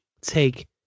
take